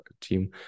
team